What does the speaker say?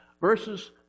Verses